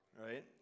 right